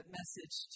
message